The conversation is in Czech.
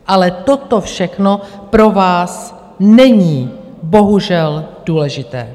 Ale toto všechno pro vás není bohužel důležité.